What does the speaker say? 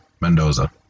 Mendoza